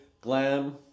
glam